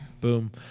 boom